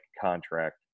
contract